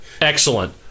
Excellent